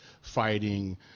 fighting